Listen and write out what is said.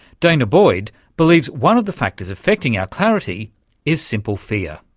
danah boyd believes one of the factors affecting our clarity is simple fear.